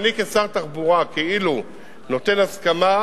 אם אני כשר תחבורה כאילו נותן הסכמה,